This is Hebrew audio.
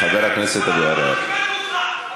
כל הזמן כיבדתי אותך,